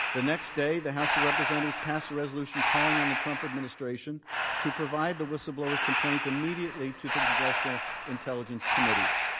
the next day, the house of representatives passed a resolution calling on the trump administration to provide the whistleblower's complaint immediately to the congressional intelligence committees.